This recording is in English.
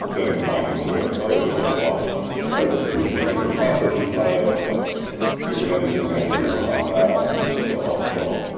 then combine them to ah another building block that you run your process inside ah off that kubernetes then manages on top of that and so on and so on.